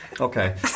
Okay